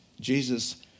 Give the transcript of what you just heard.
Jesus